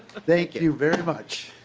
thank you very much.